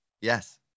Yes